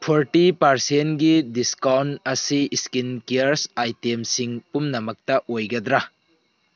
forty ꯄꯥꯔꯁꯦꯟꯒꯤ discount ꯑꯁꯤ ꯏꯁꯀꯤꯟ ꯀꯤꯌꯔ ꯑꯥꯏꯇꯦꯝꯁꯤꯡ ꯄꯨꯝꯅꯃꯛꯇ ꯑꯣꯏꯒꯗ꯭ꯔꯥ